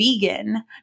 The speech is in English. vegan